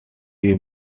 you